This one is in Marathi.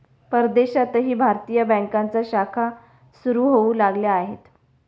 परदेशातही भारतीय बँकांच्या शाखा सुरू होऊ लागल्या आहेत